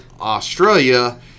australia